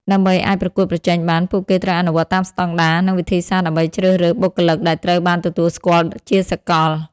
ដើម្បីអាចប្រកួតប្រជែងបាន ពួកគេត្រូវអនុវត្តតាមស្តង់ដារ និងវិធីសាស្រ្តជ្រើសរើសបុគ្គលិកដែលត្រូវបានទទួលស្គាល់ជាសាកល។